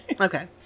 Okay